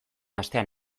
astean